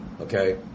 Okay